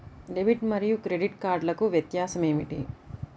Debit మరియు credit కార్డ్లకు వ్యత్యాసమేమిటీ?